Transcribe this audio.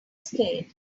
scared